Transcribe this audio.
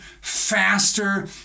faster